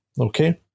okay